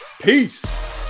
peace